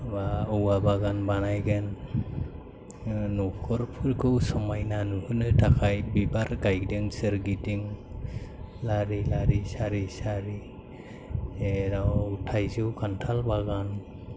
औवा बागान बानायगोन न'खरफोरखौ समायना नुहोनो थाखाय बिबार गायदों सोरगिदिं लारि लारि सारि सारि जेराव थाइजौ खानथाल बागान